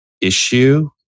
issue